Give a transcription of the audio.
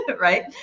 Right